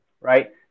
Right